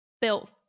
built